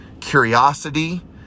curiosity